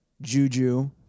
Juju